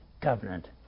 covenant